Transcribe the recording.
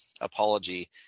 apology